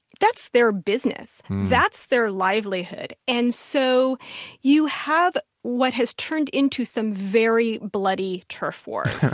that's their business. that's their livelihood. and so you have what has turned into some very bloody turf wars.